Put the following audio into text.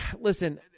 listen